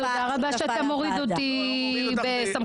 תודה רבה שאתה מוריד אותי בסמכויותיי.